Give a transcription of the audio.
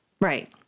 Right